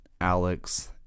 Alex